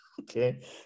okay